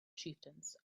chieftains